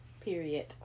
Period